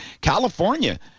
California